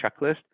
checklist